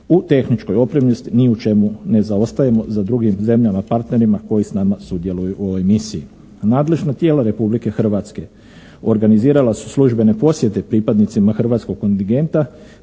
U tehničkoj opremljenosti ni u čemu ne zaostajemo za drugim zemljama partnerima koji s nama sudjeluju u ovoj misiji. Nadležno tijelo Republike Hrvatske organizirala su službene posjete pripadnicima hrvatskog kontingenta